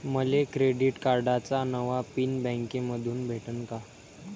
मले क्रेडिट कार्डाचा नवा पिन बँकेमंधून भेटन का?